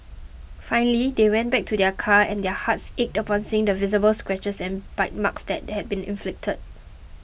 finally they went back to their car and their hearts ached upon seeing the visible scratches and bite marks that had been inflicted